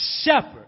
shepherd